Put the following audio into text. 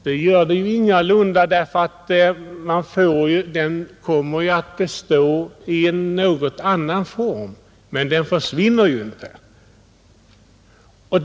Så blir ingalunda fallet; den kommer att bestå i en något annan form, men den försvinner inte.